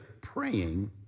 praying